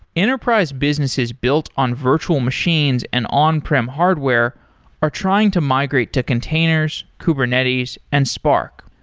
enterprise businesses built on virtual machines and on-prem hardware are trying to migrate to containers, kubernetes and spark.